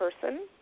person